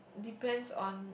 depends on